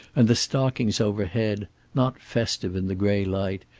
and the stockings overhead not festive in the gray light,